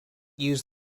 use